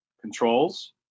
controls